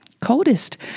Coldest